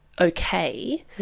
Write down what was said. okay